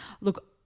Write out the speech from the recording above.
look